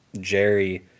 Jerry –